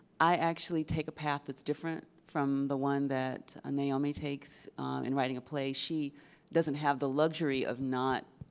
i actually take a path that's different from the one that ah naomi takes in writing a play. she doesn't have the luxury of not